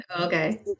Okay